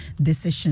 decision